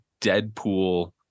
Deadpool